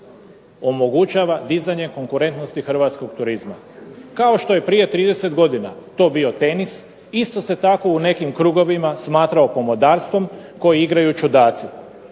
omogućava dizanje konkurentnosti hrvatskog turizma. Kao što je prije 30 godina to bio tenis, isto se tako u nekim krugovima smatrao pomodarstvom koji igraju čudaci.